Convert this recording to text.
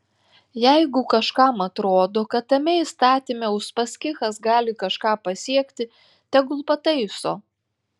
jeigu kažkam atrodo kad tame įstatyme uspaskichas gali kažką pasiekti tegul pataiso